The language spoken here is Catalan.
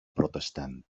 protestant